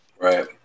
right